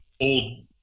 old